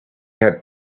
had